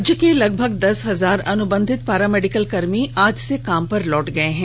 राज्य के लगभग दस हजार अनुबंधित पारा मेडिकल कर्मी आज से काम पर लौट गए हैं